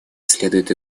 следует